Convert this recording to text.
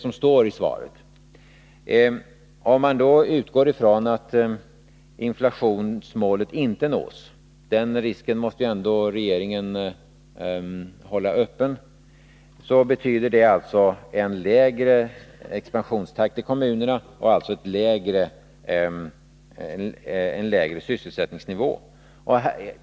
Om det blir fallet — den risken måste ju regeringen var öpfen för — betyder det alltså en lägre expansionstakt i kommunerna” och därmed en lägre sysselsättningsnivå.